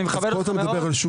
אני מכבד אותך מאוד,